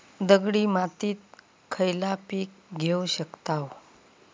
दगडी मातीत खयला पीक घेव शकताव?